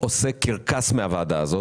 עושה קרקס מן הוועדה הזאת.